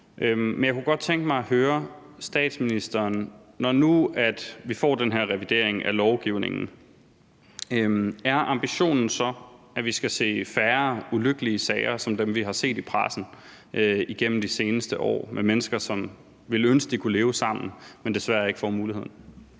Men jeg kunne godt tænke mig at høre statsministeren: Når nu vi får den her revidering af lovgivningen, er ambitionen så, at vi skal se færre ulykkelige sager som dem, vi har set i pressen igennem de seneste år, med mennesker, som ville ønske, de kunne leve sammen, men desværre ikke får muligheden?